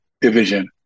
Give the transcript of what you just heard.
division